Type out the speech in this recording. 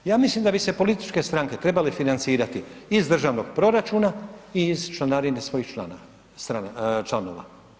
Ja mislim da bi se političke stranke trebale financirati iz državnog proračuna i iz članarina svojih članova.